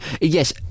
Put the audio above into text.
Yes